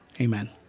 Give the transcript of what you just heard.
Amen